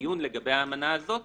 בדיון לגבי האמנה הזאת